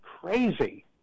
crazy